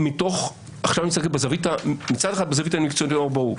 מצד אחד בזווית המקצועית היום ברור.